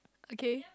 okay